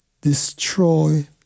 destroy